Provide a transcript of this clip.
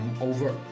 over